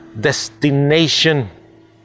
destination